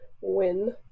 win